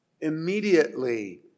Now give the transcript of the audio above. Immediately